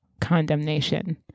condemnation